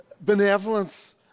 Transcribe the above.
benevolence